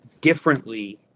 differently